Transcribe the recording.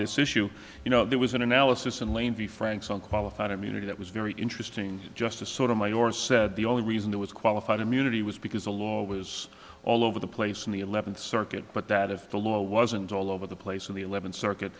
this issue you know there was an analysis and lane v franks on qualified immunity that was very interesting just to sort of my door said the only reason it was qualified immunity was because the law was all over the place in the eleventh circuit but that if the law wasn't all over the place in the eleventh circuit